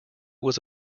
was